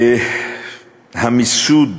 המיסוד